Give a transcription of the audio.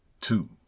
Two